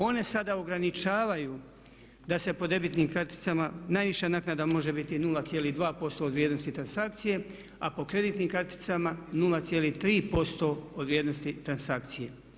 One sada ograničavaju da se po debitnim karticama, najviše naknada može biti 0,2% od vrijednosti transakcije, a po kreditnim karticama 0,3% od vrijednosti transakcije.